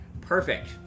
Perfect